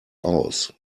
aus